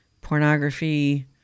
pornography